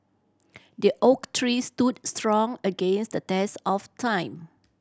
the oak tree stood strong against the test of time